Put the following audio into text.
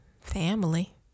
family